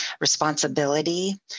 responsibility